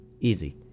Easy